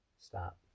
Stop